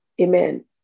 amen